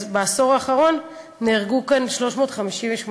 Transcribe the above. אז בעשור האחרון נהרגו כאן 358 ילדים.